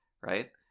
right